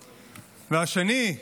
ו-2.